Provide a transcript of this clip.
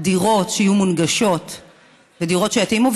דירות שיהיו מונגשות ודירות שיתאימו,